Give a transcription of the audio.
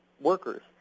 workers